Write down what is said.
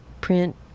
print